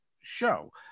show